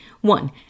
One